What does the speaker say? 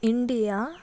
India